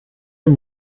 dem